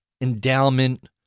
Endowment